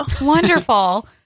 wonderful